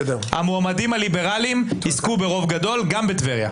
המועמדים הליברליים יזכו ברוב גדול, גם בטבריה.